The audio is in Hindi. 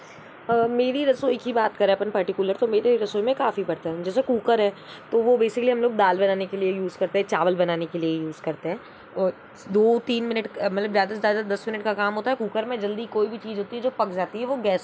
मेरी रसोई की बात करें हम पर्टिक्यूलर तो मेरी रसोई में काफ़ी बर्तन हैं जैसे कुकर है तो वो बेसिकली हम लोग दाल बनाने के लिए यूज़ करते हैं चावल बनाने के लिए यूज़ करते है दो तीन मिनट का मतलब ज़्यादा से ज़्यादा दस मिनट का काम होता है कुकर में जल्दी कोई भी चीज़ होती है जो पक जाती है वो गैस के थ्रू